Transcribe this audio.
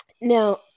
Now